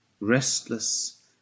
restless